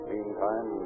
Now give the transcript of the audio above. Meantime